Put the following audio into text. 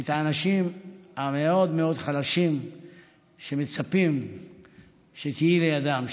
את האנשים המאוד-מאוד חלשים שמצפים שתהיי לידם,